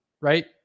right